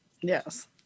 Yes